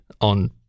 on